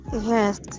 yes